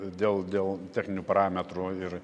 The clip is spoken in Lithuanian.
dėl dėl techninių parametrų ir